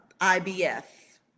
IBF